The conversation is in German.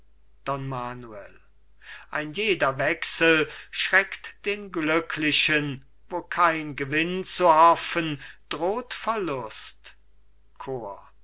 ein jeder wechsel schreckt den glücklichen wo kein gewinn zu hoffen droht verlust chor